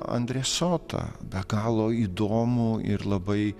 andrė sotą be galo įdomų ir labai